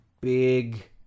big